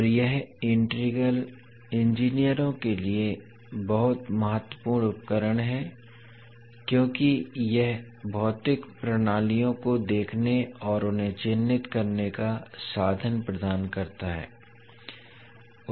और यह इंटीग्रल इंजीनियरों के लिए बहुत महत्वपूर्ण उपकरण है क्योंकि यह भौतिक प्रणालियों को देखने और उन्हें चिह्नित करने का साधन प्रदान करता है